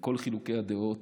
וכל חילוקי הדעות,